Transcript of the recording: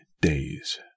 days